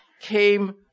came